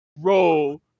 Roll